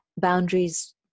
boundaries